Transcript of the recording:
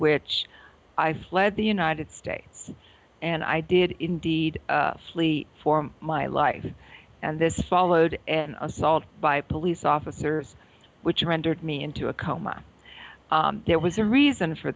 which i fled the united states and i did indeed flee for my life and this followed an assault by police officers which rendered me into a coma there was a reason for